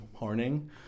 morning